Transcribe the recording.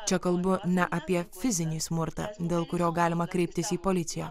čia kalbu ne apie fizinį smurtą dėl kurio galima kreiptis į policiją